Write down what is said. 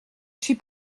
suis